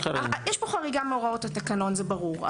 יש פה חריגה מהוראות התקנון, זה ברור.